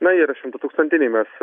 na yra šimtatūkstantiniai mes